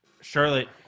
Charlotte